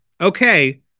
okay